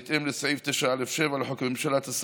בהתאם לסעיף 9(א)(7) לחוק הממשלה,